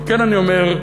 על כן אני אומר,